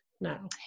now